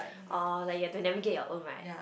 uh like you have to navigate your own right